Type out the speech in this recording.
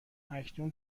اکنون